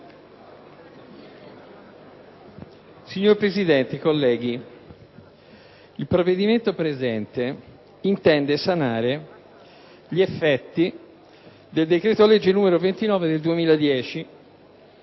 Signor Presidente, colleghi, il provvedimento presente intende sanare gli effetti del decreto-legge n. 29 del 2010,